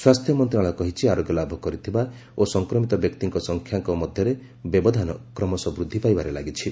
ସ୍ୱାସ୍ଥ୍ୟମନ୍ତ୍ରଣାଳୟ କହିଛି ଆରୋଗ୍ୟଲାଭ କରିଥିବା ଓ ସଂକ୍ରମିତ ବ୍ୟକ୍ତିଙ୍କ ସଂଖ୍ୟାଙ୍କ ମଧ୍ୟରେ ବ୍ୟବଧାନ କ୍ରମଶଃ ବୃଦ୍ଧି ପାଇବାରେ ଲାଗିଛି